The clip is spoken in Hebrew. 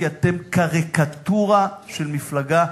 כי אתם קריקטורה של מפלגה,